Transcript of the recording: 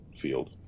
field